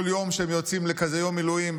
כל יום שהם יוצאים לכזה יום מילואים,